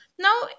Now